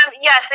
yes